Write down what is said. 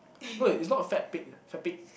no it's not a fat pig lah fat pig